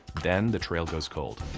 then, the trail goes cold.